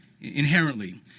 inherently